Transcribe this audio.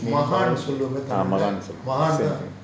ah ஆம் மஹான்:aam mahaan